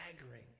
staggering